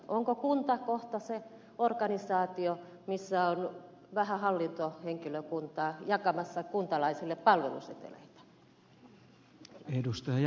onko kunta kohta se organisaatio missä on vähän hallintohenkilökuntaa jakamassa kuntalaisille palveluseteleitä